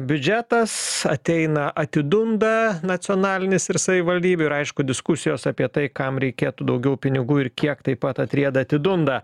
biudžetas ateina atidunda nacionalinis ir savivaldybių ir aišku diskusijos apie tai kam reikėtų daugiau pinigų ir kiek taip pat atrieda atidunda